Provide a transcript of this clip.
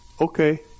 okay